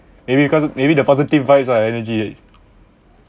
maybe because maybe the positive vibes or energy